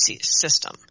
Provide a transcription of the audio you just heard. system